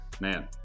man